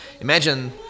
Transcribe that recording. Imagine